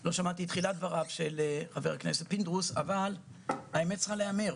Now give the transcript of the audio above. לא שמעתי את תחילת דבריו של חבר הכנסת פינדרוס אבל האמת צריכה להיאמר: